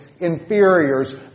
Inferiors